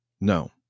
No